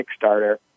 Kickstarter